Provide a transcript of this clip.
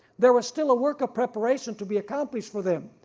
there was still a work of preparation to be accomplished for them,